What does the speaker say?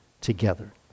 together